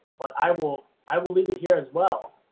but i will i will leave it here as well.